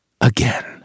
again